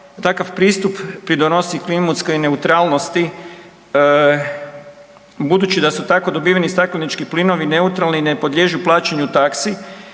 Takav pristup pridonosi klimatskoj neutralnosti budući da su tako dobiveni staklenički plinovi neutralni i ne podliježu plaćanju taksi